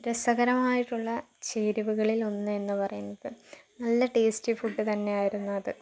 രസകരമായിട്ടുള്ള ചേരുവകളിൽ ഒന്ന് എന്ന് പറയുന്നത് നല്ല ടേസ്റ്റി ഫുഡ് തന്നെയായിരുന്നു അത്